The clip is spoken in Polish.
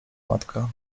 matka